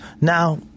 now